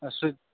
آ سُہ